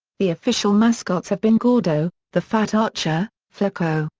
the official mascots have been gordo, the fat archer, flaco,